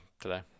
today